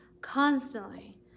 constantly